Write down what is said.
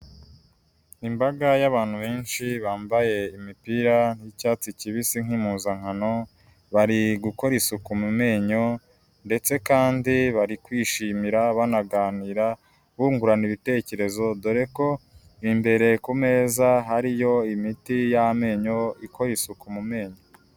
Imbaga y'abantu benshi bambaye imipira y'icyatsi kibisi nk'impuzankano, bari gukora isuku mu menyo, ndetse kandi bari kwishimira, banaganira, bungurana ibitekerezo, dore ko imbere ku meza hariyo imiti y'amenyo ikora isuku mu menyo.